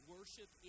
Worship